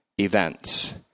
events